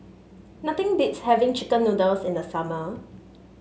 nothing beats having chicken noodles in the summer